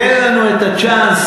תן לנו את הצ'אנס.